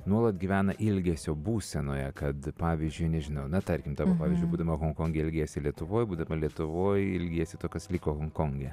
nuolat gyvena ilgesio būsenoje kad pavyzdžiui nežinau na tarkim pavyzdžiu būdami honkonge ilgiesi lietuvoje būdama lietuvoje ilgiesi to kas liko honkonge